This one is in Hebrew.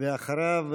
אחריו,